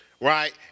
right